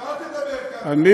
אתה, אל תדבר ככה.